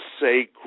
say